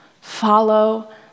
Follow